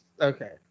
Okay